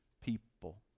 people